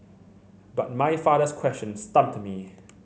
but my father's question stumped me